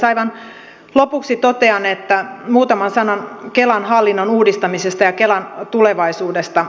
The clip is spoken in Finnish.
aivan lopuksi totean muutaman sanan kelan hallinnon uudistamisesta ja kelan tulevaisuudesta